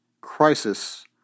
crisis